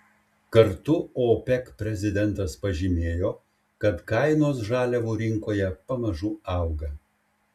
kartu opec prezidentas pažymėjo kad kainos žaliavų rinkoje pamažu auga